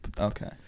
okay